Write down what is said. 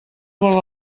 vol